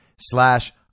slash